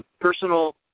personal